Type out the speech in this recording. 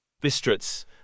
Bistritz